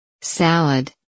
Salad